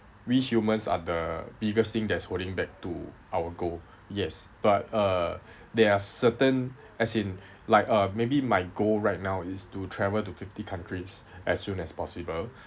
we humans are the biggest thing that's holding back to our goal yes but uh there are certain as in like uh maybe my goal right now is to travel to fifty countries as soon as possible